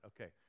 Okay